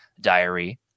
diary